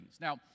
Now